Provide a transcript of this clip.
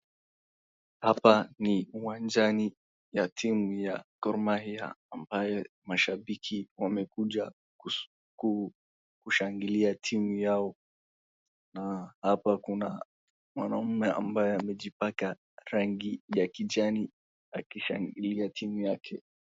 Hapa ni uwanjani ya timu ya Gormahia ambaye mashabiki wamekuja kushangili timu yao na hapa kuna mwanaume ambaye amejipaka rangi ya kijani akishangilia timu yake.